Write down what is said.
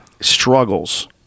Struggles